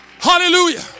Hallelujah